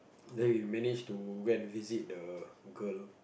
then we manage to go and visit the girl